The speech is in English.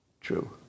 True